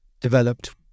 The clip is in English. developed